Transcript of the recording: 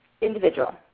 Individual